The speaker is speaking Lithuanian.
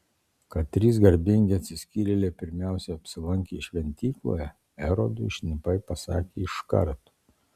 kad trys garbingi atsiskyrėliai pirmiausiai apsilankė šventykloje erodui šnipai pasakė iš karto